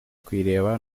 kuyireba